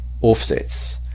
offsets